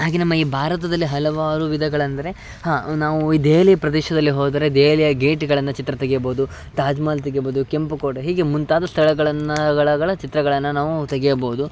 ಹಾಗೆ ನಮ್ಮ ಈ ಭಾರತದಲ್ಲಿ ಹಲವಾರು ವಿಧಗಳಂದರೆ ಹಾಂ ನಾವು ಈ ದೆಹಲಿ ಪ್ರದೇಶದಲ್ಲಿ ಹೋದರೆ ದೆಹಲಿಯ ಗೇಟ್ಗಳನ್ನು ಚಿತ್ರ ತೆಗೆಯಬೌದು ತಾಜ್ಮಹಲ್ ತೆಗೆಯಬೌದು ಕೆಂಪುಕೋಟೆ ಹೀಗೆ ಮುಂತಾದ ಸ್ಥಳಗಳನ್ನು ಗಳಗಳ ಚಿತ್ರಗಳನ್ನು ನಾವು ತೆಗೆಯಬೌದು